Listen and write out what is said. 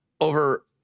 over